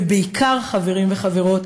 ובעיקר, חברים וחברים,